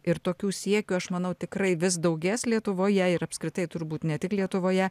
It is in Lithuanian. ir tokių siekių aš manau tikrai vis daugės lietuvoje ir apskritai turbūt ne tik lietuvoje